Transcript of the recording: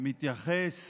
מתייחס